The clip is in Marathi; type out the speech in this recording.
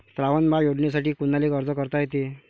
श्रावण बाळ योजनेसाठी कुनाले अर्ज करता येते?